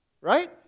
right